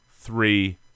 three